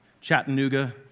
Chattanooga